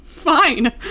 fine